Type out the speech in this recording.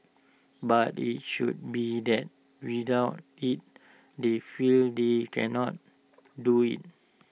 but IT should be that without IT they feel they cannot do IT